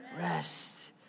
rest